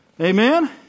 Amen